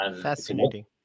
Fascinating